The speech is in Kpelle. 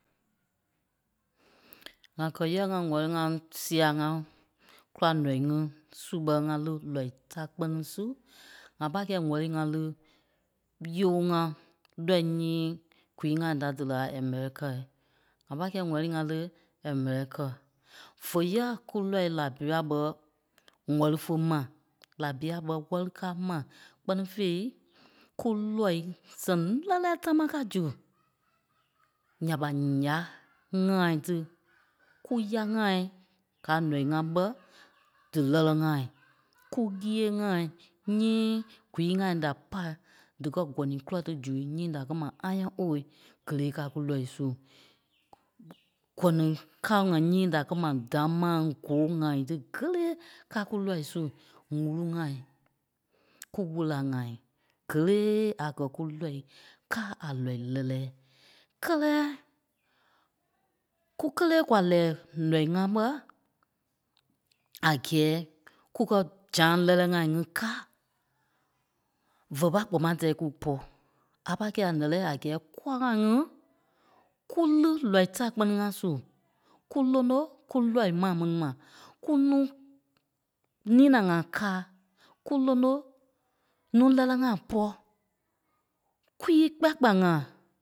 Ŋa kɛ́ yɛ̂ a wɛ́li ŋa sia ŋa kula nɔii ŋí su ɓé ŋa li nɔii ta kpɛni su ŋa pa kɛi wɛ́li ŋa li yɔɔ-ŋa lɔ̀ii nyii kwii-ŋa da doli a Americal. Ŋa pâi kɛi wɛ́li ŋa li Americal. Fé ya kù lɔii Laibia ɓé wɛli fé ma, Laibia ɓé wɛ́li ka mai kpɛni fêi kú lɔii sɛŋ lɛ́lɛɛ támaa káa zu. Nya ɓa ǹya ŋai tí. Kú yá ŋai ka nɔii ŋai bɛi dí lɛlɛ-ŋai. Kú nyéei-ŋai nyii kwii-ŋai da pa díkɛ gòni kula tí zu nyii da kɛ́ mai iron ore kelee káa kú lɔii su. Kɔni kao-ŋai nyii da kɛ́ mai damaŋ, góo-ŋai tí kèlee káa kú lɔii su. Ŋurii-ŋai, kú wola-ŋai, kèlee a kɛ̀ kulɔii káa a lɔii lɛlɛ. Kɛlɛ, kúkelee kwa lɛɛ nɔii ŋa ɓé a gɛɛ kúkɛ zaâi lɛlɛ-ŋai ŋí kaa vé pâi kpóma tíi kupɔ. A pâi kɛi a lɛlɛɛ a gɛɛ kwa ŋai ŋí kú li nɔii ta kpɛ́ni-ŋai su. Kú lóno kú nɔii maa mɛni ma. Kúnuu nina-ŋai káa. Ku lóno nuu lɛlɛ-ŋai pɔ. Kwii kpaya-kpaya-ŋai.